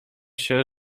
się